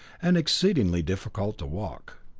and exceedingly difficult to walk.